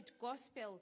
gospel